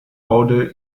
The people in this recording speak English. order